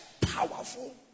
powerful